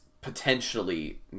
potentially